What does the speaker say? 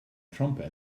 trumpet